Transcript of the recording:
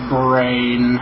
brain